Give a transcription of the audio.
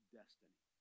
destiny